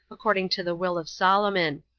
according to the will of solomon.